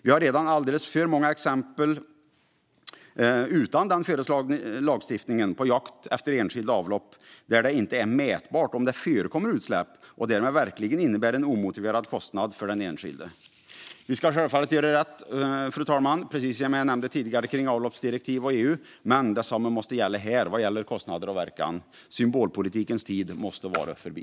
Vi har redan alldeles för många exempel, även utan den föreslagna lagstiftningen, på jakt efter enskilda avlopp där det inte är mätbart om det förekommer utsläpp och därmed verkligen innebär en omotiverad kostnad för den enskilde. Vi ska självfallet göra rätt, fru talman, precis som jag nämnde tidigare kring avloppsdirektivet och EU. Men detsamma måste gälla här vad gäller kostnader och verkan. Symbolpolitikens tid måste vara förbi.